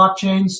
blockchains